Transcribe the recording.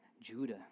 judah